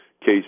Case